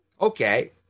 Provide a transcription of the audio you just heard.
Okay